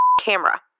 camera